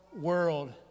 world